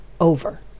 over